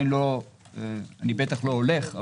אני בטח לא הולך,